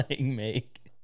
make